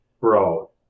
Bro